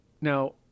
now